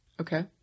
Okay